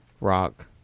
rock